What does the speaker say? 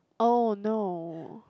oh no